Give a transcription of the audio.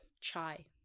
chai